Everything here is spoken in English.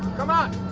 come on.